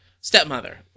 stepmother